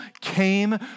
came